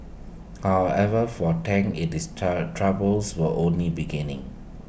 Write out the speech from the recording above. however for Tang IT is troubles were only beginning